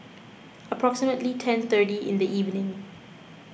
approximately ten thirty in the evening